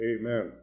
amen